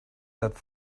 that